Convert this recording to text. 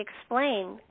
explain